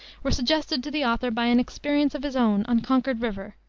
were suggested to the author by an experience of his own on concord river,